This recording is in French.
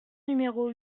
numéro